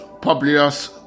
Publius